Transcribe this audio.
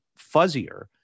fuzzier